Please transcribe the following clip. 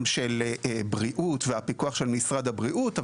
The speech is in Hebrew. של בריאות והפיקוח של משרד הבריאות.